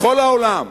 בכל העולם.